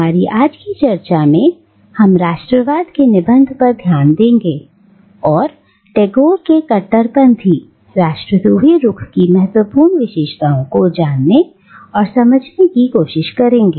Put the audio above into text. हमारी आज की चर्चा में हम राष्ट्रवाद के निबंध पर ध्यान देंगे और टैगोर के कट्टरपंथी राष्ट्रदोही रुख की महत्वपूर्ण विशेषताओं को जानने और समझने की कोशिश करेंगे